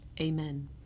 Amen